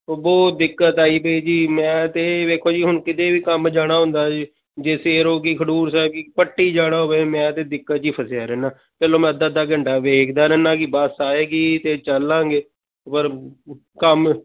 ਬਹੁਤ ਦਿੱਕਤ ਹੈ ਜੀ ਅਤੇ ਜੀ ਮੈਂ ਤਾਂ ਵੇਖੋ ਜੀ ਹੁਣ ਕਿਤੇ ਵੀ ਕੰਮ ਜਾਣਾ ਹੁੰਦਾ ਜੀ ਜੇ ਹੋ ਗਈ ਖਡੂਰ ਸਾਹਿਬ ਪੱਟੀ ਜਾਣਾ ਹੋਵੇ ਮੈਂ ਤਾਂ ਦਿੱਕਤ 'ਚ ਹੀ ਫਸਿਆ ਰਹਿਨਾ ਪਹਿਲਾਂ ਮੈਂ ਅੱਧਾ ਅੱਧਾ ਘੰਟਾ ਦੇਖਦੇ ਰਹਿੰਦਾ ਕਿ ਬੱਸ ਆਏਗੀ ਅਤੇ ਚੱਲਾਂਗੇ ਪਰ ਕੰਮ